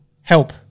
Help